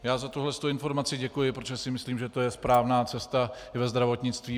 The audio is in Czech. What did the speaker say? Já za tuhle informaci děkuji, protože si myslím, že to je správná cesta i ve zdravotnictví.